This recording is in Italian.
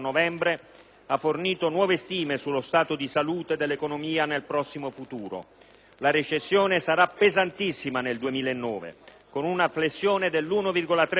ha fornito nuove stime sullo stato di salute dell'economia nel prossimo futuro. La recessione nel 2009 sarà pesantissima, con una flessione dell'1,3